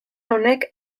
honek